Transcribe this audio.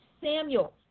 Samuel